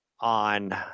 on